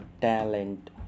talent